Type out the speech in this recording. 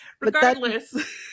Regardless